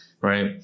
right